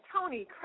Tony